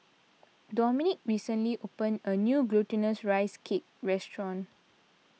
Dominick recently opened a new Glutinous Rice Cake restaurant